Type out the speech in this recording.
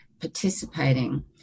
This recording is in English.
participating